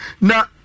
Now